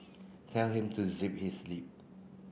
tell him to zip his lip